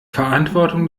verantwortung